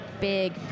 big